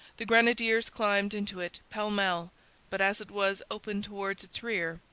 the grenadiers climbed into it, pell-mell but, as it was open towards its rear,